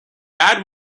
add